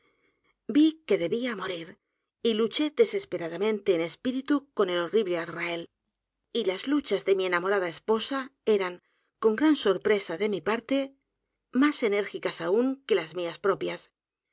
vi que debía morir y luché desesperadamente en espíritu con el horrible azrael y las luchas de mi enamorada esposa lígea eran con gran sorpresa de mi parte más enérgicas aún que las mías propias